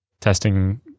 testing